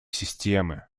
системы